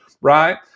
right